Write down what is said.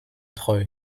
treu